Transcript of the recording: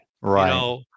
Right